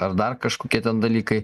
ar dar kažkokie ten dalykai